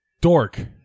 dork